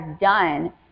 done